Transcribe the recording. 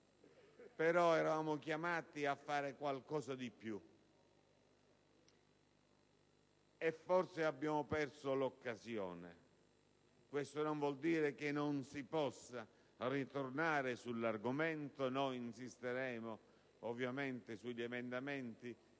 però chiamati a fare qualcosa di più e forse abbiamo perso l'occasione. Questo non vuol dire che non si possa ritornare sull'argomento e noi insisteremo, ovviamente, sugli emendamenti